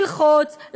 ללחוץ,